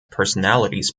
personalities